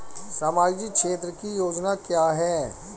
सामाजिक क्षेत्र की योजना क्या है?